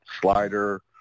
slider